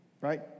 right